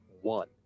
one